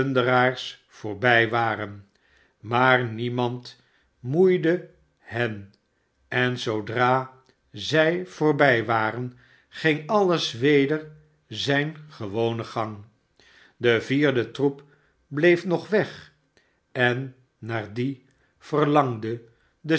pderaars voorbij waren maar niemand moeide hen en zoodra zij voorbij waren ging alles weder zijn gewonen gang de vierde troep bleef nog weg en naar dien verlangde de